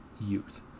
youth